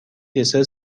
دسر